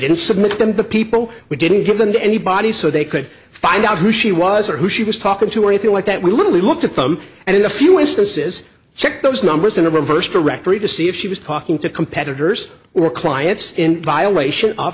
didn't submit them to people we didn't give them to anybody so they could find out who she was or who she was talking to or anything like that we literally looked at them and in a few instances checked those numbers in a reverse directory to see if she was talking to competitors or clients in violation of